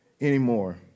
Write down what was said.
anymore